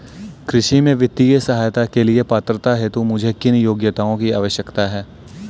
कृषि में वित्तीय सहायता के लिए पात्रता हेतु मुझे किन योग्यताओं की आवश्यकता है?